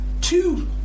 two